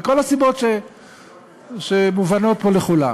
מכל הסיבות שמובנות פה לכולם.